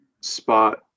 spot